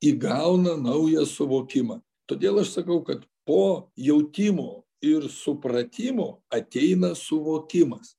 įgauna naują suvokimą todėl aš sakau kad po jautimo ir supratimo ateina suvokimas